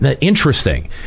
interesting